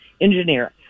engineer